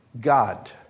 God